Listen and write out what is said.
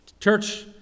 Church